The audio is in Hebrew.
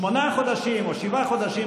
שמונה חודשים או שבעה חודשים,